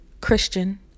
christian